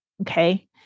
okay